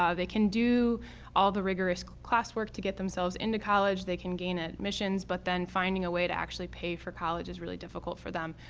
ah they can do all the rigorous classwork to get themselves into college. they can gain admissions, but then finding a way to actually pay for college is really difficult for them.